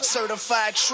Certified